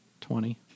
Twenty